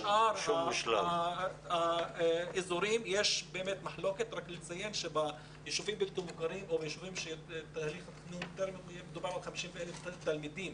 יש לציין שבישובים הבלתי מוכרים מדובר על 50,000 תלמידים